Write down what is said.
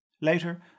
Later